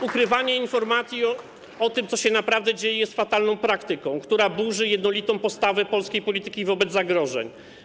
Ukrywanie informacji o tym, co naprawdę się dzieje, jest fatalną praktyką, która burzy jednolitą postawę polskiej polityki wobec zagrożeń.